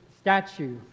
statue